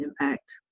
impact